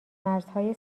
مرزهای